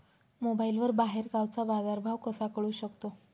मोबाईलवर बाहेरगावचा बाजारभाव कसा कळू शकतो?